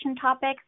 topics